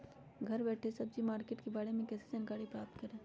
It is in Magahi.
घर बैठे सब्जी मार्केट के बारे में कैसे जानकारी प्राप्त करें?